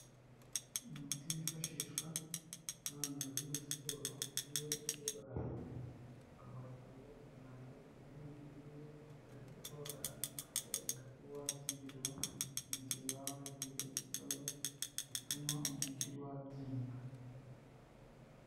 Umuti wifashishwa n'abantu bari muri siporo iyo bari kubabara ahantu, bakawuhasiga kugira ngo ugabanye uburibwe bareke kubabara kandi ukabarinda kuba wabyimbirwa mu gihe baba bagize ikibazo gituma umubiri wabyimba.